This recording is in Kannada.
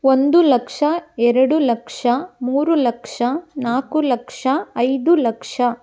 ಒಂದು ಲಕ್ಷ ಎರಡು ಲಕ್ಷ ಮೂರು ಲಕ್ಷ ನಾಲ್ಕು ಲಕ್ಷ ಐದು ಲಕ್ಷ